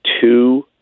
two